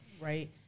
right